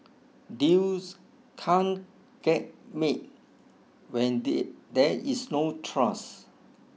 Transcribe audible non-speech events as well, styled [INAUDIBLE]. deals can't get made when [UNINTELLIGIBLE] there is no trust